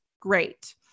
Great